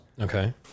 Okay